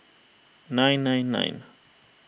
nine nine nine